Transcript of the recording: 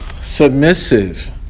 submissive